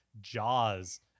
Jaws